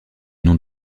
nom